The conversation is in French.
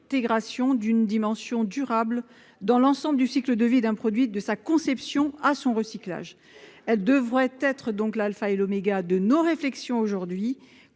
d'une dimension durable dans l'ensemble du cycle de vie d'un produit, de sa conception à son recyclage. Elle devrait donc être l'alpha et l'oméga de nos réflexions actuelles,